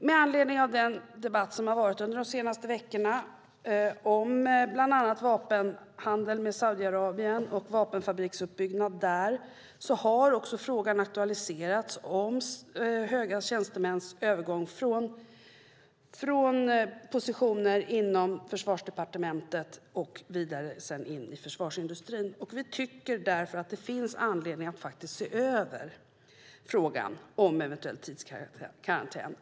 Med anledning av den debatt som har förts under de senaste veckorna om bland annat vapenhandeln med Saudiarabien och vapenfabriksuppbyggnad där har också frågan aktualiserats om höga tjänstemäns övergång från positioner inom Försvarsdepartementet och vidare in i försvarsindustrin. Vi tycker därför att det finns anledning att se över frågan om eventuell tidskarantän.